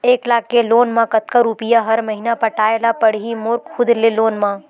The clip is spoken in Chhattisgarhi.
एक लाख के लोन मा कतका रुपिया हर महीना पटाय ला पढ़ही मोर खुद ले लोन मा?